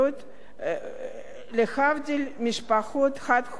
להבדיל ממשפחות חד-הוריות